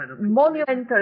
monumental